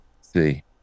See